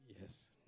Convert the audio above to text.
yes